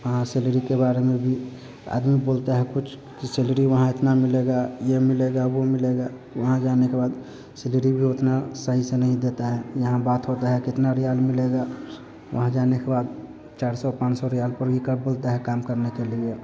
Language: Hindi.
यहाँ सैलरी के बारे में भी आदमी बोलता है कुछ कि सैलरी वहाँ इतनी मिलेगी यह मिलेगा वह मिलेगा वहाँ जाने के बाद सैलरी भी उतना सही से नहीं देता है यहाँ बात होती है कितना रियाल मिलेगा वहाँ जाने के बाद चार सौ पाँच सौ रियाल पर ही कर बोलता है काम करने के लिए